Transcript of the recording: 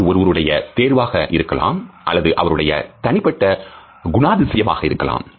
அது ஒருவருடைய தேர்வாக இருக்கலாம் அல்லது அவருடைய தனிப்பட்ட குணாதிசயம் ஆக இருக்கலாம்